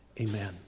Amen